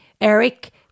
Eric